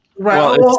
Right